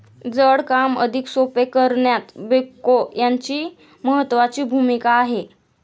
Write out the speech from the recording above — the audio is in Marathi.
जड काम अधिक सोपे करण्यात बेक्हो यांची महत्त्वाची भूमिका आहे